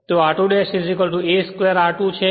તે ત્યાં r2 ' a square r2 છે